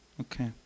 Okay